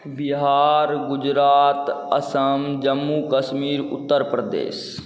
Bihar Gujarat Assam Jammu Kashmir Uttar Pradesh